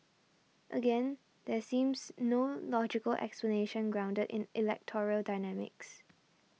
again there seems no logical explanation grounded in electoral dynamics